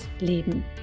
Leben